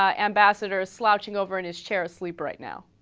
ambassadors slouching over and his shares sleep right now